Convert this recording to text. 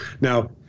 Now